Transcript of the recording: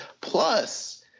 Plus